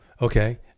Okay